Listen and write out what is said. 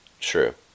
true